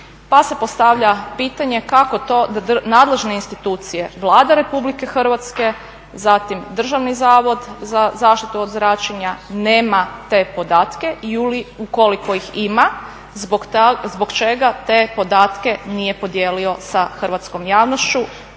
pa se postavlja pitanje kako to nadležne institucije, Vlada Republike Hrvatske, zatim Državni zavod za zaštitu od zračenja nema te podatke i ukoliko ih ima, zbog čega te podatke nije podijelio sa hrvatskom javnošću